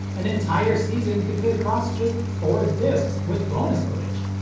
an entire season could fit across just four discs, with bonus footage!